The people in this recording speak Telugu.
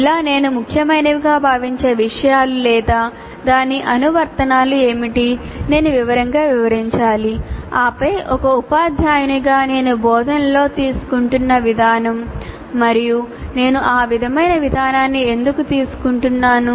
ఇలా నేను ముఖ్యమైనవిగా భావించే విషయాలు లేదా దాని అనువర్తనాలు ఏమిటి నేను వివరంగా వివరించాలి ఆపై ఒక ఉపాధ్యాయునిగా నేను బోధనలో తీసుకుంటున్న విధానం మరియు నేను ఆ విధమైన విధానాన్ని ఎందుకు తీసుకుంటున్నాను